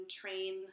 train